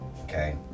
okay